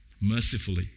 mercifully